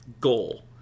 goal